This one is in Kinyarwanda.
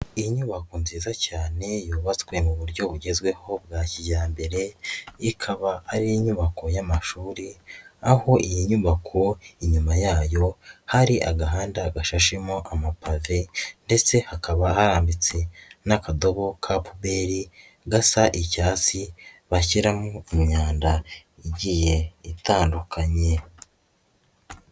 Inyubako nziza cyane yubatswe mu buryo bugezweho bwa kijyambere ikaba ari inyubako y'amashuri aho iyi nyubako inyuma yayo hari agahanda gashashemo amapade ndetse hakaba hambitse n'akadobo ka puberi gasa icyatsi bashyiramo imyanda igiye itandukanye.